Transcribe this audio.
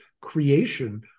creation